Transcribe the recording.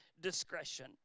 discretion